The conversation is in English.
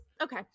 okay